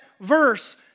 verse